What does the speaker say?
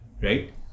right